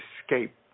escape